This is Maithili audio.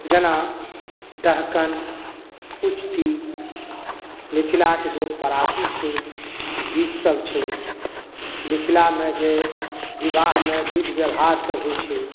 जेना डहकन उचती मिथिलाक जे पराती छै गीत सब छै मिथिला मे जे बिबाहमे विध व्यवहार सब होइ छै